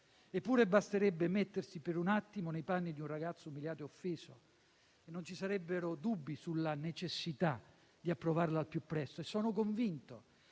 Eppure basterebbe mettersi per un attimo nei panni di un ragazzo umiliato e offeso e non ci sarebbero dubbi sulla necessità di approvare la legge al più presto e sono convinto